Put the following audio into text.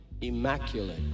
immaculate